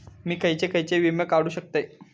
मी खयचे खयचे विमे काढू शकतय?